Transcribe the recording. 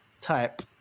type